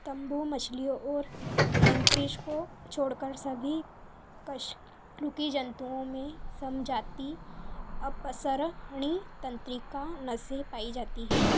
तंबू मछलियों और हैगफिश को छोड़कर सभी कशेरुकी जंतुओं में समजातीय अपसरणी तंत्रिका नसें पाई जाती हैं